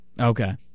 Okay